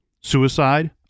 suicide